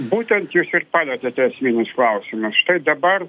būtent jūs ir palietėte esminius klausimus štai dabar